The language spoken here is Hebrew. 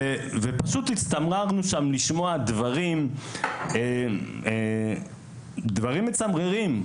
ופשוט הצטמררנו לשמוע שם דברים מצמררים.